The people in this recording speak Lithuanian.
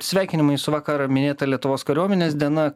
sveikinimai su vakar minėta lietuvos kariuomenės diena